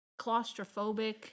claustrophobic